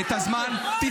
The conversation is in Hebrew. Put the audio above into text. תצרח.